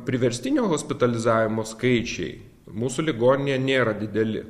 priverstinio hospitalizavimo skaičiai mūsų ligoninėje nėra dideli